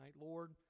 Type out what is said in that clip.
Lord